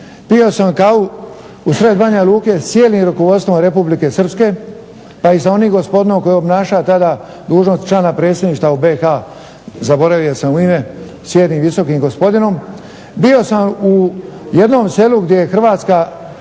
pio sam kavu u sred Banja Luke s cijelim rukovodstvom Republike Srpske pa i s onim gospodinom koji obnašao tada dužnost člana predsjedništva u BIH zaboravio sam mu ime, bio sam u jednom selu gdje je Hrvatska